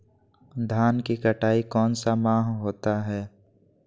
धान की कटाई कौन सा माह होता है?